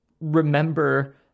remember